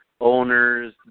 owners